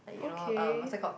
okay